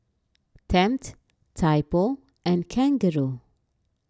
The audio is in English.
Tempt Typo and Kangaroo